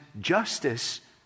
justice